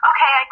Okay